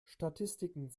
statistiken